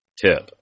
tip